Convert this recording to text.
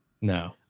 No